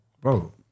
Bro